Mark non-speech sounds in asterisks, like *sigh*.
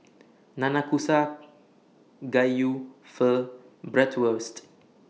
*noise* Nanakusa Gayu Pho Bratwurst